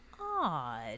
odd